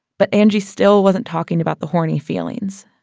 but angie still wasn't talking about the horny feelings.